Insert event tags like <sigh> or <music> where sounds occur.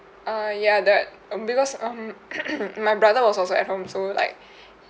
err ya that um because um <coughs> my brother was also at home so like <breath>